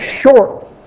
short